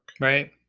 Right